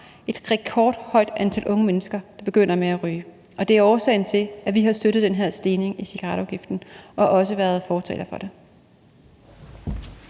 et rekordhøjt antal unge mennesker, der begynder med at ryge, og det er årsagen til, at vi har støttet den her stigning i cigaretafgiften og også været fortalere for det.